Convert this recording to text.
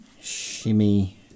shimmy